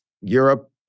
Europe